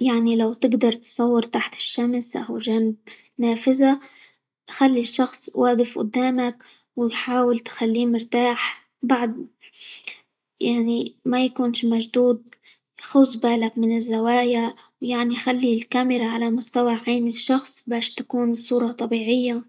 يعني لو تقدر تصور تحت الشمس، أو جنب نافذة، خلي الشخص واقف قدامك، ويحاول تخليه مرتاح، بعد -ما- يعنى ما يكونش مشدود، خلى بالك من الزوايا، ويعني خلي الكاميرا على مستوى عين الشخص؛ باش تكون الصورة طبيعية.